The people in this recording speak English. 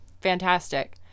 Fantastic